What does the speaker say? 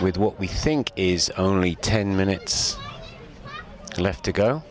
with what we think is only ten minutes left to go